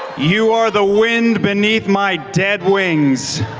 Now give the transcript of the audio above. you are the wind beneath my dead wings.